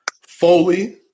Foley